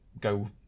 go